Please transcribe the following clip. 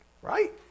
Right